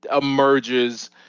emerges